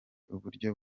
uburyo